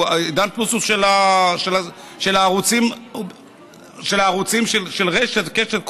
עידן פלוס הוא של הערוצים של רשת וקשת,